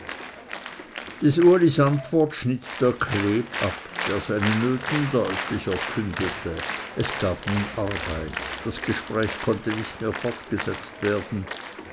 des ulis antwort schnitt der kleb ab der seine nöten deutlicher kündete es gab nun arbeit das gespräch konnte nicht mehr fortgesetzt werden